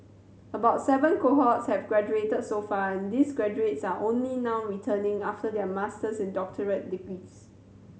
about seven cohorts have graduated so far and these graduates are only now returning after their master's and doctorate degrees